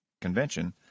Convention